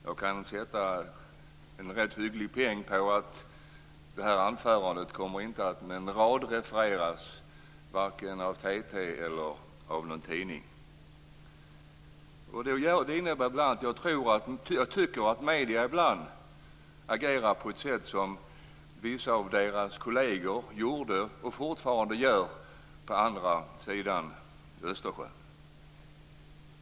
Jag kan satsa en rätt hygglig peng på att det här anförandet inte med en rad kommer att refereras vare sig av TT eller av någon tidning. Jag tycker att medierna ibland agerar på ett sätt som vissa av deras kolleger gjorde och fortfarande gör på andra sidan Östersjön.